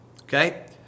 Okay